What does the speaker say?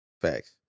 Facts